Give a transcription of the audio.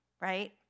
right